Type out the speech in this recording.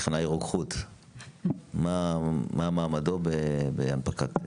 מה מעמדו של טכנאי רוקחות בהנפקה?